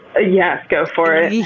yes! go for it!